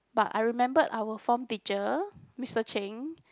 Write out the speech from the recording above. but I remembered our form teacher Mister Cheng